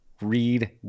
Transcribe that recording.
Read